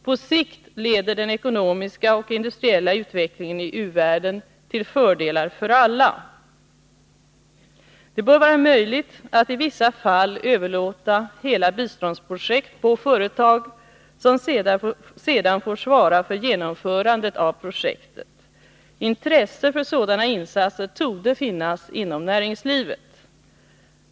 På sikt leder den ekonomiska och industriella utvecklingen i u-världen till fördelar för alla. Det bör vara möjligt att i vissa fall överlåta hela biståndsprojekt på företag som sedan får svara för genomförandet av projektet. Intresse för sådana insatser torde finnas inom näringslivet.